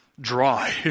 dry